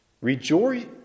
Rejoice